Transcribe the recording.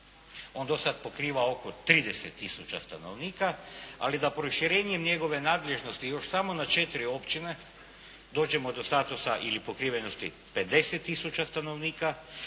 on do sada pokriva oko 30 tisuća stanovnika, ali da proširenjem njegove nadležnosti još samo na četiri općine dođemo do statusa ili pokrivenosti 50 tisuća stanovnika.